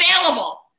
available